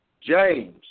James